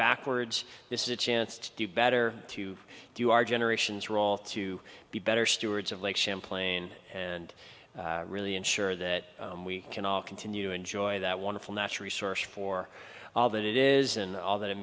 backwards this is a chance to do better to do our generation's role to be better stewards of lake champlain and really ensure that we can all continue to enjoy that wonderful natural source for all that it isn't all that it